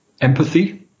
empathy